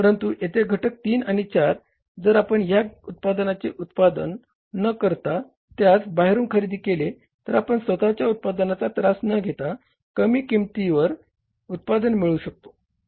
परंतु येथे घटक तीन आणि चार जर आपण ह्या उत्पादनाचे उत्पादन न करता त्यास बाहेरून खरेदी केले तर आपण स्वत उत्पादनाचा त्रास न घेता कमी किंमतीवर उत्पादन मिळवू शकतो